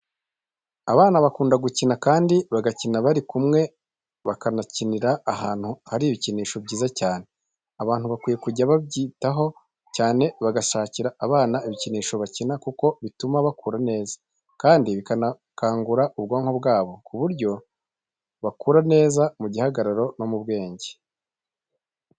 Abana bakunda gukina kandi bagakina bari kumwe bakanakinira ahantu hari ibikinisho byiza cyane. Abantu bakwiye kujya babyitaho cyane bagashakira abana ibikinisho bakina kuko bituma bakura neza, kandi bikanakangura ubwonko bwabo ku buryo bakura neza mu gihagararo no mu bwenge.